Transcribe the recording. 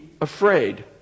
afraid